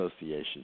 association